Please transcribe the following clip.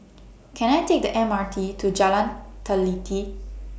Can I Take The M R T to Jalan Teliti